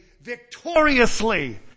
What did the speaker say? victoriously